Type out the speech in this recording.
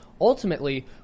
Ultimately